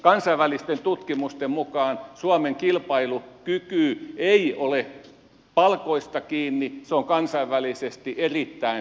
kansainvälisten tutkimusten mukaan suomen kilpailukyky ei ole palkoista kiinni se on kansainvälisesti erittäin hyvä